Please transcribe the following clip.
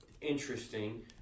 interesting